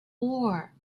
tore